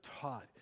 taught